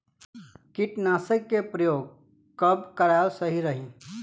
कीटनाशक के प्रयोग कब कराल सही रही?